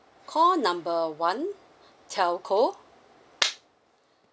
call number one telco